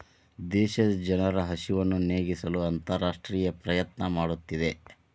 ದೇಶದ ಜನರ ಹಸಿವನ್ನು ನೇಗಿಸಲು ಅಂತರರಾಷ್ಟ್ರೇಯ ಪ್ರಯತ್ನ ಮಾಡುತ್ತಿದೆ